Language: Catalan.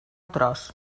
tros